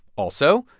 also,